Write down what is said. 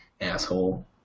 asshole